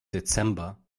dezember